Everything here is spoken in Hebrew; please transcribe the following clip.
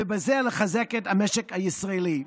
ובזה לחזק את המשק הישראלי.